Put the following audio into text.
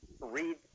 read